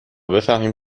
بفهمیم